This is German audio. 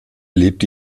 lebte